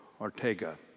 Ortega